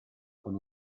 con